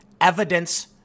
evidence